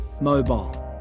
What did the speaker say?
Mobile